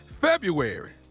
February